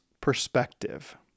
perspective